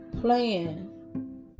playing